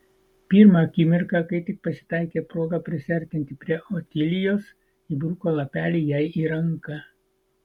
pirmą akimirką kai tik pasitaikė proga prisiartinti prie otilijos įbruko lapelį jai į ranką